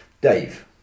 Dave